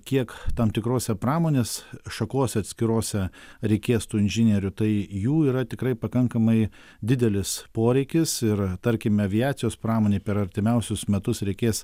kiek tam tikrose pramonės šakose atskirose reikės tų inžinierių tai jų yra tikrai pakankamai didelis poreikis ir tarkim aviacijos pramonėj per artimiausius metus reikės